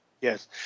Yes